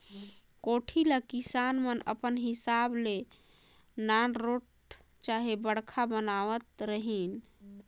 कोठी ल किसान मन अपन हिसाब ले नानरोट चहे बड़खा बनावत रहिन